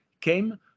came